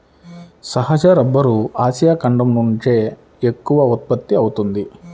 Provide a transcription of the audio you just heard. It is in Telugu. సహజ రబ్బరు ఆసియా ఖండం నుంచే ఎక్కువగా ఉత్పత్తి అవుతోంది